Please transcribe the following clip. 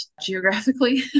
geographically